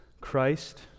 Christ